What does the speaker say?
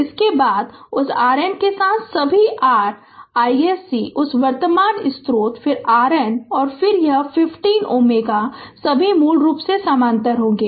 उसके बाद उस RN के साथ सभी r iSC उस वर्तमान स्रोत फिर RN और फिर यह 50 Ω सभी मूल रूप से समानांतर में होंगे